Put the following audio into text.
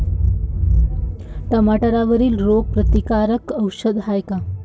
टमाट्यावरील रोग प्रतीकारक औषध हाये का?